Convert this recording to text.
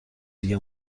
دیگه